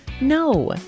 No